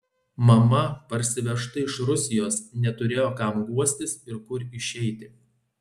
mama parsivežta iš rusijos neturėjo kam guostis ir kur išeiti